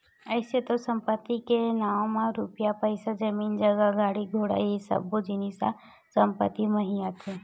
अइसे तो संपत्ति के नांव म रुपया पइसा, जमीन जगा, गाड़ी घोड़ा ये सब्बो जिनिस ह संपत्ति म ही आथे